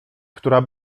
która